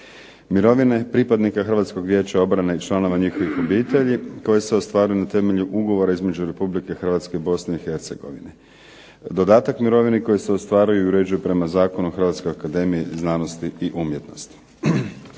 Mirovine pripadnika Hrvatskog vijeća obrane i članova njihovih obitelji, koje se ostvaruju na temelju ugovora između Republike Hrvatske i Bosne i Hercegovine. Dodatak mirovine koje se ostvaruju i uređuju prema Zakonu o Hrvatskoj akademiji znanosti i umjetnosti.